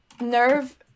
Nerve